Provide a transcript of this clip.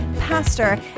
pastor